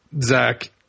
Zach